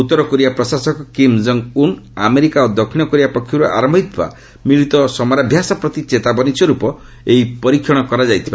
ଉତ୍ତର କୋରିଆ ପ୍ରଶାସକ Kim Jong Un America ଓ ଦକ୍ଷିଣ କୋରିଆ ପକ୍ଷରୁ ଆରମ୍ଭ ହୋଇଥିବା ମିଳିତ ସମରାଭ୍ୟାସ ପ୍ରତି ଚେତାବନୀ ସ୍କର୍ପ ଏହି ପରୀକ୍ଷଣ କରାଯାଇଛି